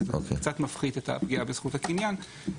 וזה קצת מפחית את הפגיעה בזכות הקניין.